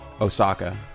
Osaka